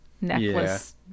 necklace